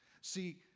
See